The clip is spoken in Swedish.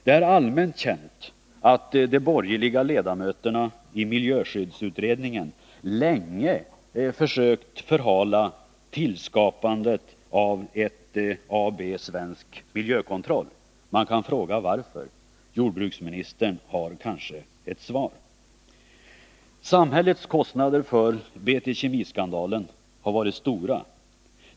Det är allmänt känt att de borgerliga ledamöterna i miljöskyddsutredningen länge försökt förhala tillskapandet av ett AB Svensk Miljökontroll. Man kan fråga varför. Jordbruksministern har kanske ett svar? Samhällets kostnader för BT Kemi-skandalen har varit stora.